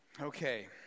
Okay